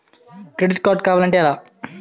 Credit card కావాలి అంటే ఎలా?